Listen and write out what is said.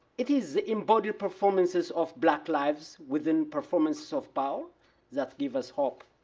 it is embodied performances of black lives within performance of power that give us hope.